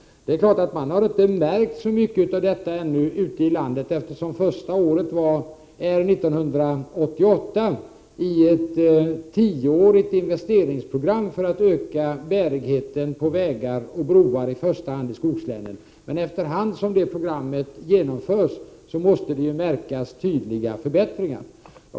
Det är klart att man ännu inte har märkt så mycket av detta ute i landet, eftersom 1988 är det första året i ett tioårigt investeringsprogram för att öka bärigheten på vägar och broar, i första hand i skogslänen. Men efter hand som programmet genomförs måste det märkas tydliga förbättringar.